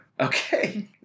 Okay